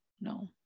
no